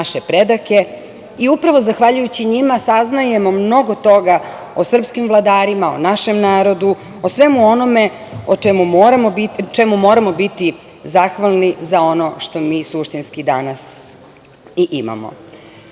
naše pretke i upravo zahvaljujući njima saznajemo mnogo toga o srpskim vladarima, o našem narodu, o svemu onome čemu moramo biti zahvalni za ono što mi suštinski danas i imamo. Tokom